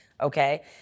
okay